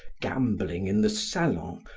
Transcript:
gambling in the salon,